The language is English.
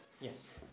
Yes